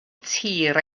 tir